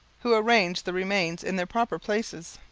who arranged the remains in their proper places.